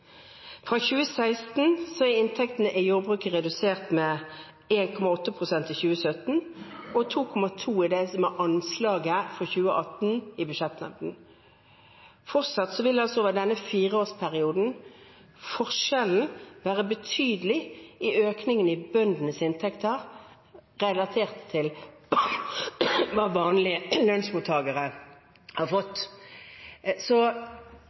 Fra 2016 til 2017 ble inntektene i jordbruket redusert med 1,8 pst., og med 2,2 pst. i anslaget for 2018 i budsjettet. Fortsatt vil det i denne fireårsperioden være en betydelig forskjell i økningen i bøndenes inntekter i forhold til hva vanlige lønnsmottakere har